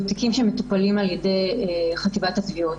תיקים שמטופלים על-ידי חטיבת התביעות.